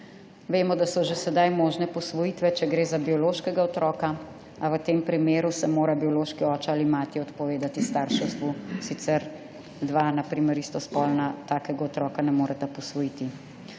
Vemo, da so že sedaj možne posvojitve, če gre za biološkega otroka, a v tem primeru se mora biološki oče ali mati odpovedati starševstvu, sicer dva, na primer istospolna, takega otroka ne moreta posvojiti.